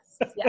Yes